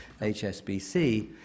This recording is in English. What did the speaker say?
HSBC